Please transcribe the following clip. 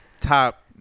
top